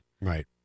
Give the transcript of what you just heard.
Right